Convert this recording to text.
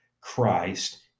christ